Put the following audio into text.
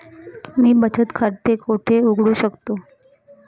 मी बचत खाते कोठे उघडू शकतो?